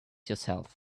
yourself